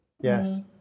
Yes